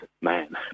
man